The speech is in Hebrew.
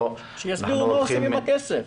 שיסבירו מה הם עושים עם הכסף.